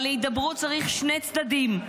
אבל להידברות צריך שני צדדים.